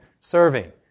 serving